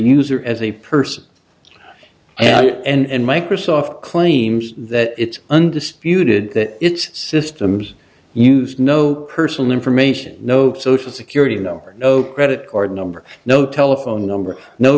user as a person and microsoft claims that it's undisputed that its systems use no personal information no social security number no credit card number no telephone number no